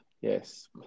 Yes